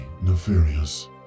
nefarious